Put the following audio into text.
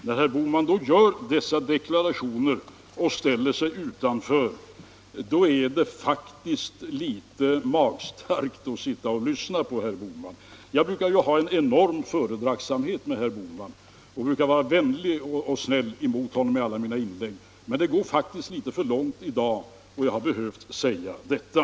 När herr Bohman gör sådana deklarationer och ställer sig utanför allt ansvar, då är det faktiskt litet magstarkt vad han här säger. Jag brukar ha en enorm fördragsamhet med herr Bohman, och jag brukar vara vänlig och snäll emot honom i alla mina inlägg. Men i dag går han faktiskt litet för långt, och jag har därför velat säga detta.